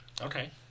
okay